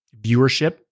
viewership